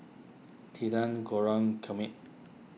Tilden Kermit